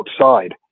outside